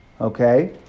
okay